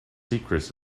secrets